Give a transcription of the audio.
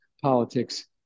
politics